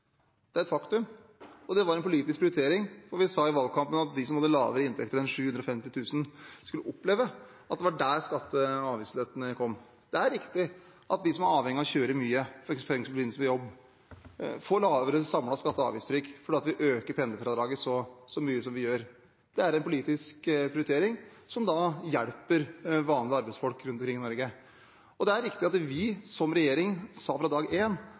Det er et faktum, og det var en politisk prioritering. Vi sa i valgkampen at de som hadde lavere inntekter enn 750 000 kr, skulle oppleve at det var der skatte- og avgiftslettene kom. Det er riktig at de som er avhengig av å kjøre mye, f.eks. i forbindelse med jobb, får et lavere samlet skatte- og avgiftstrykk, fordi vi øker pendlerfradraget så mye som vi gjør. Det er en politisk prioritering, som da hjelper vanlige arbeidsfolk rundt omkring i Norge. Og det er riktig at vi som regjering sa fra dag